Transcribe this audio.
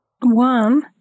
One